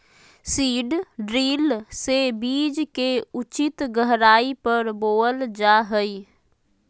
seed drill से बीज के उचित गहराई पर बोअल जा हइ